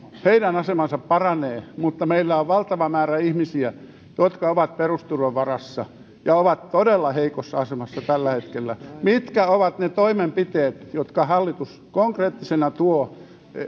asema paranee mutta meillä on valtava määrä ihmisiä jotka ovat perusturvan varassa ja ovat todella heikossa asemassa tällä hetkellä mitkä ovat ne toimenpiteet jotka hallitus konkreettisena tuo